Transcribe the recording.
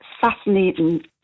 fascinating